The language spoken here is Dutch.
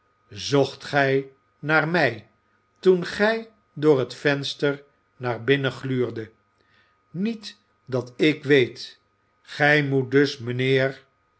zocht gij naar mij toen gij door het venster naar binnen gluurdet niet dat ik weet gij moet dus mijnheer